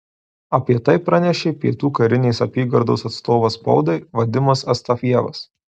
apie tai pranešė pietų karinės apygardos atstovas spaudai vadimas astafjevas